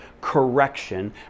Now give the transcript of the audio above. correction